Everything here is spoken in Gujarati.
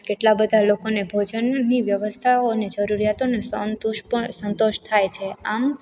કેટલા બધાં લોકોને ભોજનની વ્યવસ્થાઓ અને જરૂરિયાતોને સતુંશપણ સંતોષ થાય છે આમ